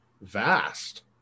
vast